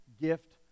gift